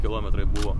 kilometrai buvo